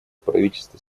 правительство